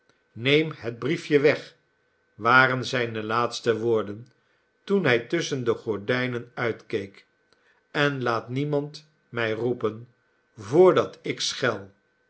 neem het briefje weg waren zijne laatste woorden toen hij tusschen de gordijnen uitkeek en laat niemand mij roepen voordat ik schel